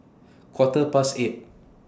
Quarter Past eight